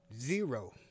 zero